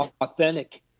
authentic